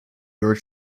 your